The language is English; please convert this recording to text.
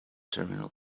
terminal